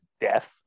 death